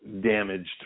damaged